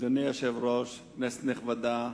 אדוני היושב-ראש, כנסת נכבדה,